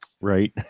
Right